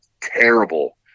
terrible